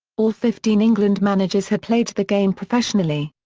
all fifteen england managers had played the game professionally.